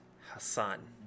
Hassan